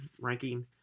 ranking